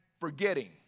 forgetting